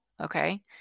Okay